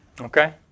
Okay